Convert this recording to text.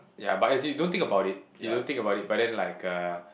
yea but if you don't think about it you don't think about it but then like a